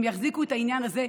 הן יחזיקו את העניין הזה.